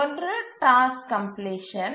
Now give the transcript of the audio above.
ஒன்று task completion